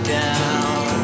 down